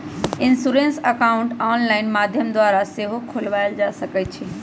insurance account online माध्यम द्वारा सेहो खोलबायल जा सकइ छइ